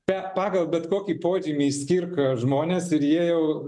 per pagal bet kokį požymį skirk žmones ir jie jau